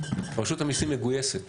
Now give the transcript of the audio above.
רשות המיסים מגויסת,